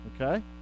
Okay